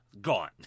Gone